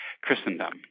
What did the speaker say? Christendom